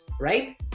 right